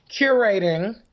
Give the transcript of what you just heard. curating